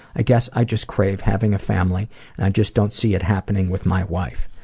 i guess i just crave having a family and i just don't see it happening with my wife.